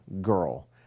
girl